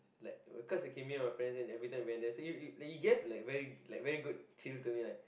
like because I came here with my friends then everytime when there so it it like you gave like very like very good chill to me like